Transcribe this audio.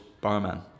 barman